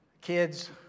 kids